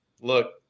Look